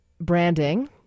branding